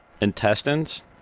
intestines